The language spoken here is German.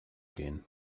gehen